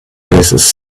raises